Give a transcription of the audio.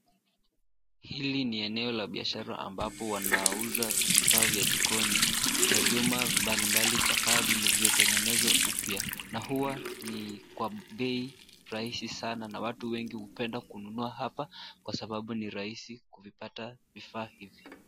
Hili ni eneo la biashara ambapo wanauza vifaa vya jikoni. Na vyuma mbalimbali chakaa vilivyotengenezwa upya. Na huwa ni kwa bei rahisi sana na watu wengi hupenda kununua hapa, kwa sababu ni rahisi kuvipata vifaa hivi.